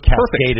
perfect